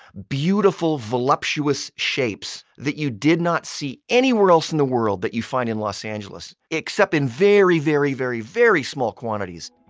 beautiful, voluptuous shapes that you did not see anywhere else in the world, that you'd find in los angeles. except in very, very, very, very small quantities.